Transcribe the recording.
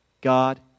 God